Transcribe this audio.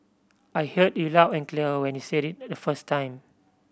I heard you loud and clear when you said it the first time